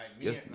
Yes